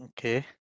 Okay